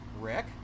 Rick